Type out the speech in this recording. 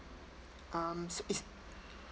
um so it's